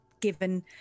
given